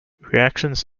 reactions